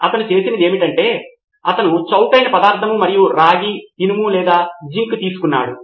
అతను చేసినది ఎమిటంటే అతను చౌకైన పదార్థం మరియు రాగి ఇనుము లేదా జింక్ తీసుకున్నాడు